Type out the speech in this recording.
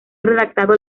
redactado